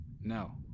No